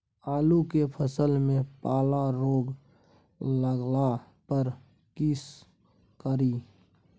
आलू के फसल मे पाला रोग लागला पर कीशकरि?